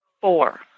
Four